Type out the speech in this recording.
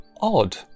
odd